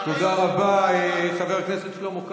--- אתה מקבל פקודות מדרעי מחוץ לכנסת.